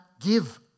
Give